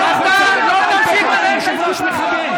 אתה לא תקרא ליושב-ראש מחבל.